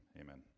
Amen